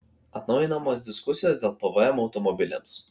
atnaujinamos diskusijos dėl pvm automobiliams